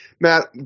Matt